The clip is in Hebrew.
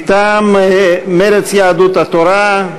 מטעם מרצ ויהדות התורה,